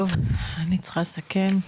אני צריכה לסכם.